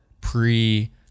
pre